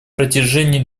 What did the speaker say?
протяжении